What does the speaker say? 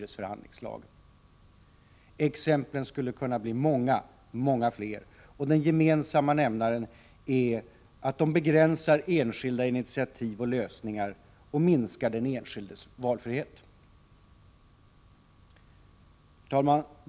Exemplen skulle kunna bli många, många fler, och den gemensamma nämnaren är att enskilda initiativ och lösningar begränsas och den enskildes valfrihet minskas. Herr talman!